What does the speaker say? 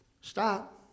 Stop